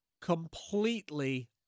completely